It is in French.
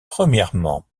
premièrement